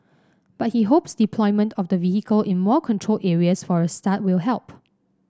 but he hopes deployment of the vehicle in more controlled areas for a start will help